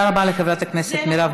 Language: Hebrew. חבל שהם לא מכירים